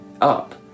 up